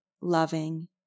loving